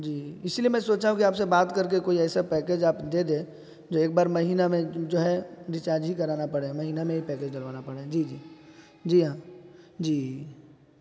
جی اسی لیے میں سوچا ہوں کہ آپ سے بات کر کے کوئی ایسا پیکیج آپ دے دیں جو ایک بار مہینہ میں جو ہے ریچارج ہی کرانا پڑے ہے مہینہ میں ہی پیکیج ڈلوانا پڑے جی جی جی ہاں جی